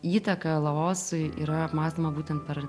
įtaka laosui yra apmąstoma būtent per